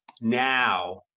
now